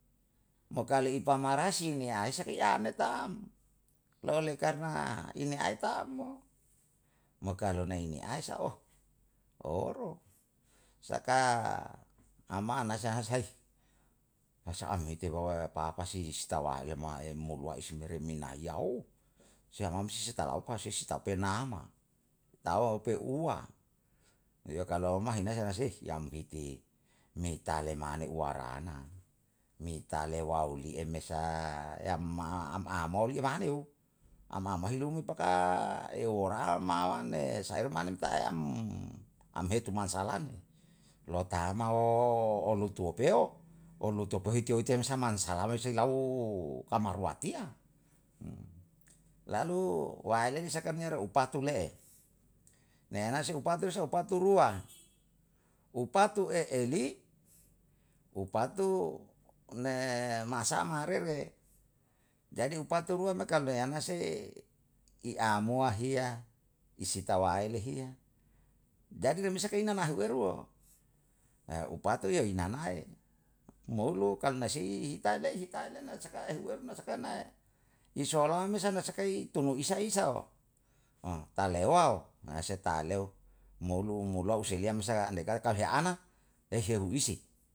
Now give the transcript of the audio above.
Mo kalu ipa marasi ne aisa ke yame tam, ole karna ini ae tam mo kalu nei ni aisa oro. Saka ama ana sahasa'i masa ameite wawaya papasi histawale moa ayemo rua ismere minaiya. Si anam sisi talaopa suitape naama, tao upe uwa. Iyo kalo mahinae henasei hiyam hike meitale mane awarana, meitale wa uli emesa yamma am a amoli lai ama amahilu mo paka euwura ma ne sayor mane ta yam amhetu mansalamu, lota amao uu lutu upuo? Um lutu upuo hike utim saman salame he si lau kamar watiya? lalu waele saka niyare upa tu le, neye ena si upa tu se upa tu rua, upatu e eli, upatu ne masanga rere. Jadi upatu rua me kalu he anase i amoa hiya, isi tawaele hiya, jadi renusa ke nahiweru. Upatu ye hi nanae, moulu kalu nasei hita le hita le sakae huwem na sakae nae i soalame san na sakai tomo isa isao.talewa na se taleu, molu mo lau seliam sai andai kata he ana? Eheu isi